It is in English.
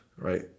right